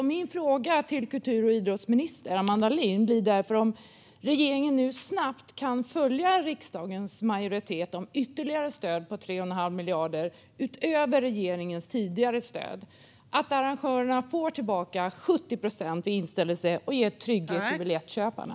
Min fråga till kultur och idrottsminister Amanda Lind blir därför om regeringen nu snabbt kan följa riksdagens majoritets förslag om ytterligare stöd på 3,5 miljarder, utöver regeringens tidigare stöd, och att arrangörerna får tillbaka 70 procent om evenemang ställs in och ge trygghet till biljettköparna.